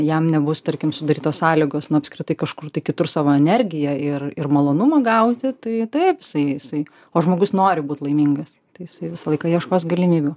jam nebus tarkim sudarytos sąlygos na apskritai kažkur tai kitur savo energiją ir ir malonumą gauti tai taip jisai jisai o žmogus nori būt laimingas tai jisai visą laiką ieškos galimybių